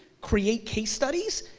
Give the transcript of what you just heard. create case studies,